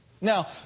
Now